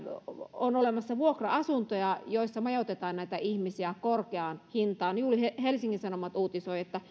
on olemassa vuokra asuntoja joissa majoitetaan näitä ihmisiä korkeaan hintaan helsingin sanomat uutisoi juuri että